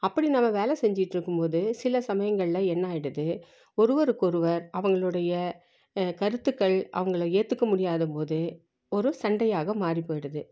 அப்படி நம்ம வேலை செஞ்சிட்டிருக்கும் போது சில சமயங்களில் என்ன ஆகிடுது ஒருவருக்கொருவர் அவங்களுடைய கருத்துக்கள் அவங்கள ஏற்றக்க முடியாத போது ஒரு சண்டையாக மாதிரி போயிடுது